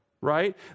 right